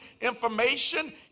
information